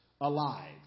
alive